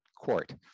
court